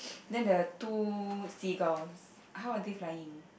then the two seagulls how are they flying in